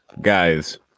guys